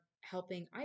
helping